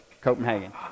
Copenhagen